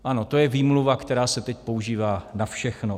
Ano, to je výmluva, která se teď používá na všechno.